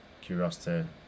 curiosity